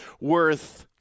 worth